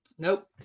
nope